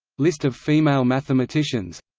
list of female mathematicians